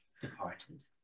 departed